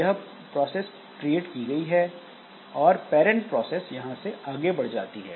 यह process create की गई है और पैरंट प्रोसेस यहां से आगे बढ़ जाती है